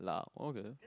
lah okay